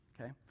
okay